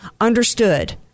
understood